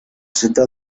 centre